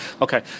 Okay